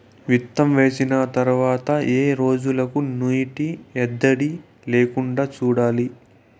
విత్తనం వేసిన తర్వాత ఏ రోజులకు నీటి ఎద్దడి లేకుండా చూడాలి?